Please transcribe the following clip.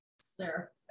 sir